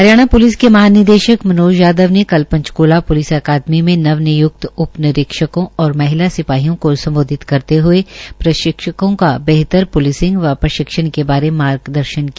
Haryana police के महानिदेशक मनोज यादव ने कल पंचकूला प्लिस अकादमी में नव नियुक्त उप निरीक्षकों और महिला सिपाहियों को सम्बोधित करते ह्ये प्रशिक्षकों का बेहतर पुलिसिंग व प्रशिक्षण के बारे मार्ग प्रदर्शन किया